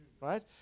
right